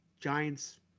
Giants